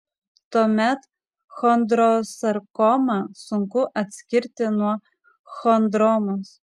tuomet chondrosarkomą sunku atskirti nuo chondromos